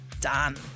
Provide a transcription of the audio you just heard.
done